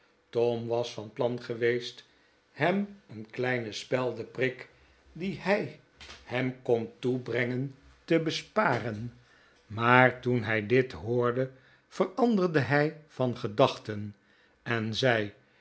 tom was van plan geweest hem een kleinen speldeprik dien hij hem kon toebrengen te besparen maar toen hij dit hoorde veranderde hij van gedachten en zei